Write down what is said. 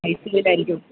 I C യുവിലായിരിക്കും